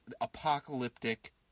apocalyptic